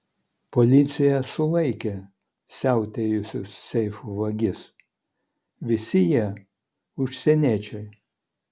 policija sulaikė siautėjusius seifų vagis visi jie užsieniečiai